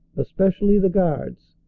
especially the guards,